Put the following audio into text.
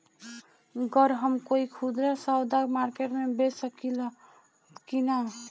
गर हम कोई खुदरा सवदा मारकेट मे बेच सखेला कि न?